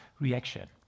reaction